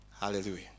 Hallelujah